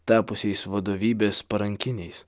tapusiais vadovybės parankiniais